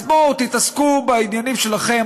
אז בואו, תתעסקו בעניינים שלכם.